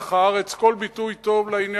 "מלח הארץ" כל ביטוי טוב לעניין,